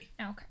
Okay